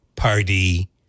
party